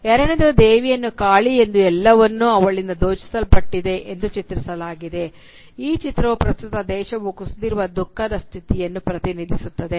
ಎರಡನೆಯದು ದೇವಿಯನ್ನು ಕಾಳಿ ಎಂದು ಎಲ್ಲವನ್ನೂ ಅವಳಿಂದ ದೋಚಲ್ಪಟ್ಟಿದೆ ಎಂದು ಚಿತ್ರಿಸಲಾಗಿದೆ ಈ ಚಿತ್ರವು ಪ್ರಸ್ತುತ ದೇಶವು ಕುಸಿದಿರುವ ದುಃಖದ ಸ್ಥಿತಿಯನ್ನು ಪ್ರತಿನಿಧಿಸುತ್ತದೆ